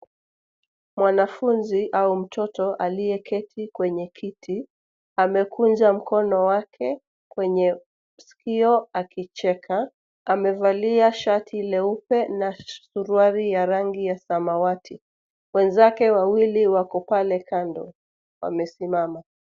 Mwanafunzi au mtoto aliyeketi kwenye kiti, amekunja mkono wake kwenye sikio akicheka. Amevalia shati leupe na suruali ya rangi ya samawati. Wenzake wawili wako pale kando wamesimama.